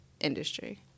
industry